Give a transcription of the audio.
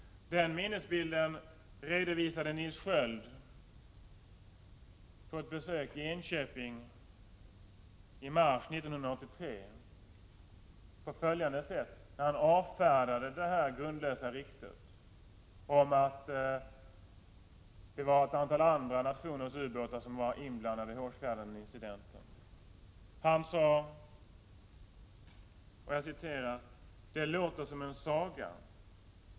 Denna minnesbild redovisade Nils Sköld vid ett besök i Enköping i mars 1983, då han avfärdade det grundlösa ryktet om att det var ett antal andra nationers ubåtar som var inblandade i Hårsfjärdenincidenten. Han sade: ”Det som låter som en saga!